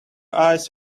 eyes